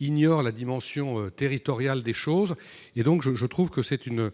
ignorent la dimension territoriale. Cette initiative me paraît donc